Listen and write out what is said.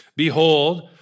Behold